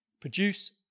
Produce